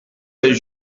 les